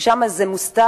ששם זה מוסתר,